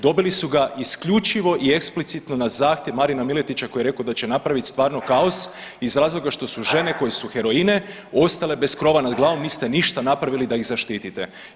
Dobili su ga isključivo i eksplicitno na zahtjev Marina Miletića koji je rekao da će napraviti stvarno kaos iz razloga što su žene koje su heroine ostale bez krova nad glavom, niste ništa napravili da ih zaštitite.